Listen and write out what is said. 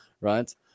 right